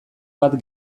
bat